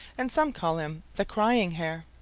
and some call him the crying hare.